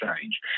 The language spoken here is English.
change